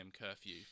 curfew